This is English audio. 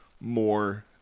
more